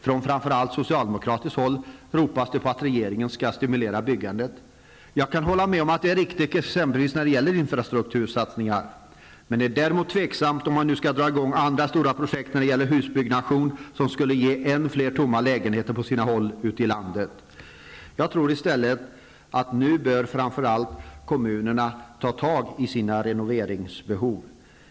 Från framför allt socialdemokratiskt håll ropas det på att regeringen skall stimulera byggandet. Jag kan hålla med om att detta är riktigt exempelvis när det gäller infrastruktursatsningar. Det är däremot osäkert om man nu skall dra i gång andra stora projekt när det gäller husbyggande som skulle ge än fler tomma lägenheter på sina håll ute i landet. Jag tror i stället att framför allt kommunerna nu bör ta tag i sitt renoveringsbehov.